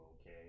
okay